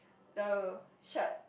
the shirt